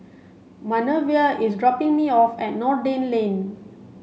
Manervia is dropping me off at Noordin Lane